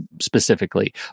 specifically